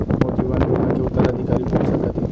मोर जीवन बीमा के उत्तराधिकारी कोन सकत हे?